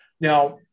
Now